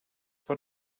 for